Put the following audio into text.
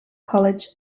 college